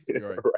Right